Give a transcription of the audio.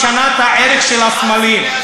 מהם שבעת סוגי השלטון.